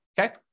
okay